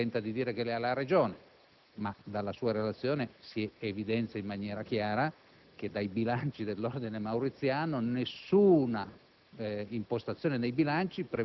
naturalmente, qualcuno tenta di addossarle alla Regione, ma dalla sua relazione si evidenzia, in maniera chiara, che dai bilanci dell'Ordine Mauriziano nessuna